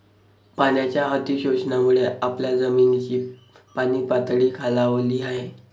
पाण्याच्या अतिशोषणामुळे आपल्या जमिनीची पाणीपातळी खालावली आहे